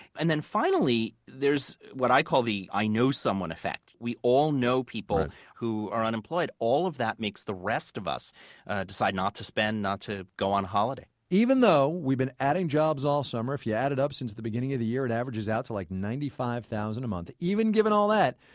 and then finally, there's what i call the i know someone effect. we all know people who are unemployed. all of that makes the rest of us decide not to spend, not to go on holiday even though, we've been adding jobs all summer. if you add it up since the beginning of the year, it averages out to like ninety five thousand a month. even given all that,